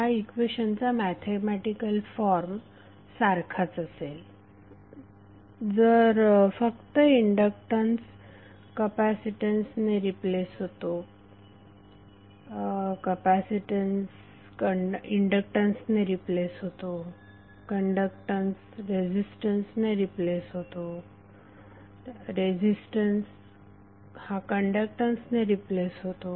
या इक्वेशनचा mathematical form सारखाच असेल जर फक्त इंडक्टन्स कपॅसीटन्सने रिप्लेस होतो कपॅसीटन्स हा इंडक्टन्स ने रिप्लेस होतो कण्डक्टन्स हा रेझीस्टन्स ने रिप्लेस होतो रेझीस्टन्स हा कण्डक्टन्स ने रिप्लेस होतो